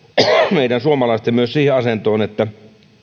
meidän suomalaisten myös siihen asentoon että